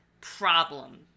problem